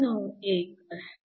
691 असते